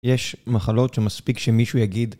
יש מחלות שמספיק שמישהו יגיד